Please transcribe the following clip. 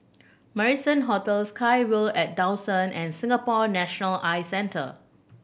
Marrison Hotel SkyVille at Dawson and Singapore National Eye Centre